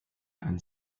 and